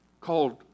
called